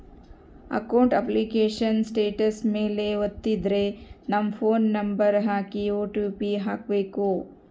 account application status ಮೇಲೆ ವತ್ತಿದ್ರೆ ನಮ್ ಫೋನ್ ನಂಬರ್ ಹಾಕಿ ಓ.ಟಿ.ಪಿ ಹಾಕ್ಬೆಕು